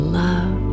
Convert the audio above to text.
love